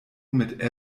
mit